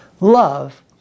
love